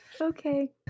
Okay